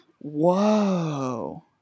Whoa